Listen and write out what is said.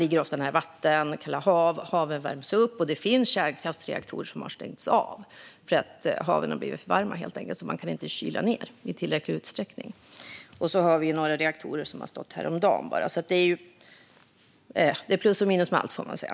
Men de kalla hav som man förlitar sig på värms upp, och det finns kärnkraftsreaktorer som har fått stängas av eftersom havet blivit för varmt och man inte kan kyla ned reaktorerna i tillräcklig utsträckning. Dessutom stod några reaktorer stilla bara häromdagen. Det är plus och minus med allt, får man säga.